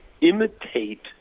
imitate